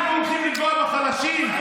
אנחנו הולכים לפגוע בחלשים?